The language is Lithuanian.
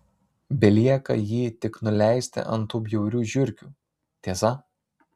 belieka jį tik nuleisti ant tų bjaurių žiurkių tiesa